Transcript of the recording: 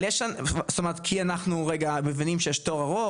זאת אומרת כי אנחנו רגע מבינים שיש תור ארוך